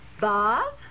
Bob